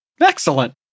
Excellent